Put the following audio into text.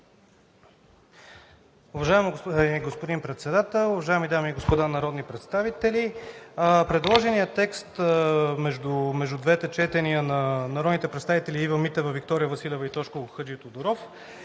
Уважаеми господин Председател, уважаеми дами и господа народни представители! Предложеният текст между двете четения на народните представители Ива Митева, Виктория Василева и Тошко Хаджитодоров,